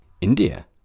India